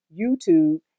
YouTube